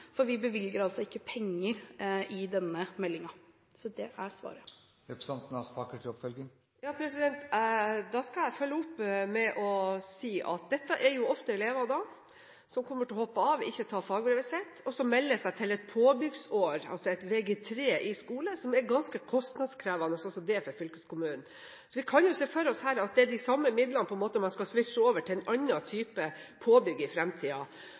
for vi bevilger ikke penger i denne meldingen. Så det er svaret. Da skal jeg følge opp med å si at dette ofte er elever som kommer til å hoppe av og ikke ta fagbrevet sitt, og som melder seg til et påbyggingsår – altså Vg3 – i skolen, noe som er ganske kostnadskrevende, også det for fylkeskommunen. Så her kan vi se for oss at det er de samme midlene man på en måte skal «switche» over til en annen type påbygg i